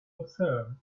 observed